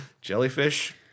Jellyfish